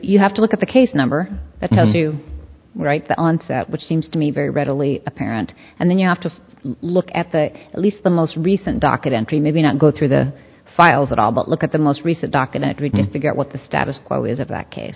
you have to look at the case number that has you write the onset which seems to me very readily apparent and then you have to look at the at least the most recent docket entry maybe not go through the files at all but look at the most recent docket that we can figure out what the status quo is if that case